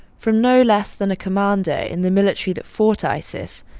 from no less than a commander in the military that fought isis,